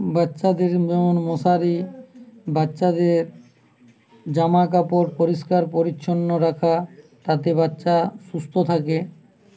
বাচ্চাদের যেমন মশারি বাচ্চাদের জামাকাপড় পরিষ্কার পরিচ্ছন্ন রাখা তাতে বাচ্চা সুস্থ থাকে